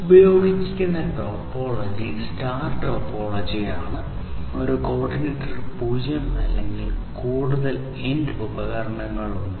ഉപയോഗിച്ചിരിക്കുന്ന topology star topology ആണ് ഒരു കോർഡിനേറ്റർ പൂജ്യം അല്ലെങ്കിൽ കൂടുതൽ എൻഡ് ഉപകരണങ്ങൾ ഉണ്ട്